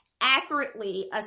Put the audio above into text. accurately